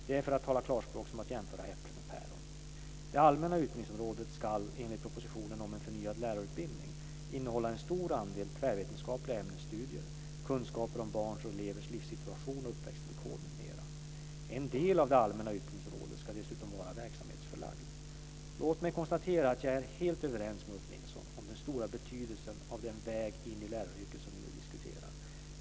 Det är för att tala klarspråk som att jämföra äpplen och päron. Det allmänna utbildningsområdet ska enligt propositionen om en förnyad lärarutbildning innehålla en stor andel tvärvetenskapliga ämnesstudier, kunskaper om barns och elevers livssituation och uppväxtvillkor m.m. En del av det allmänna utbildningsområdet ska dessutom vara verksamhetsförlagd. Låt mig konstatera att jag är helt överens med Ulf Nilsson om den stora betydelsen av den väg in i läraryrket som vi nu diskuterar.